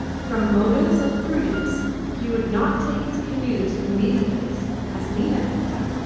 from motives of prudence he would not take his canoe to the meeting-place, as nina had done.